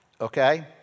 okay